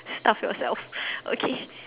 starve yourself okay